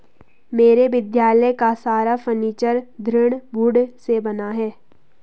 मेरे विद्यालय का सारा फर्नीचर दृढ़ वुड से बना है